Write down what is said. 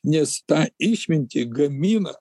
nes tą išmintį gamina